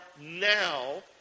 now